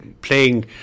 playing